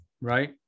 Right